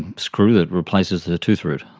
and screw that replaces the the tooth root.